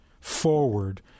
forward